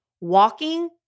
walking